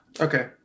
Okay